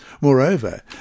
Moreover